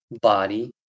body